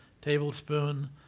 tablespoon